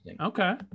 Okay